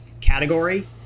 category